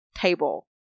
table